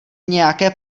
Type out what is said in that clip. nějaké